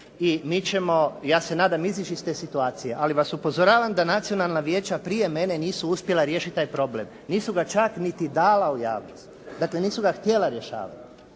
i mi ćemo ja se nadam izići iz te situacije. Ali vas upozoravam da nacionalna vijeća prije mene nisu uspjela riješiti taj problem. Nisu ga čak niti dala u javnost. Dakle, nisu ga htjela rješavati.